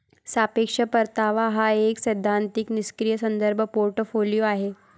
सापेक्ष परतावा हा एक सैद्धांतिक निष्क्रीय संदर्भ पोर्टफोलिओ आहे